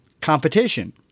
competition